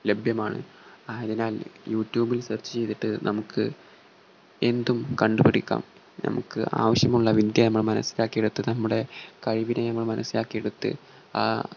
ലഭ്യമാണ് അതിനാൽ യൂട്യൂബിൽ സർച്ച് ചെയ്തിട്ട് നമുക്ക് എന്തും കണ്ടു പിടിക്കാം നമുക്ക് ആവശ്യമുള്ള വിദ്യ നമ്മൾ മനസ്സിലാക്കിയെടുത്ത് നമ്മുടെ കഴിവിനെ നമ്മൾ മനസ്സിലാക്കിയെടുത്ത് ആ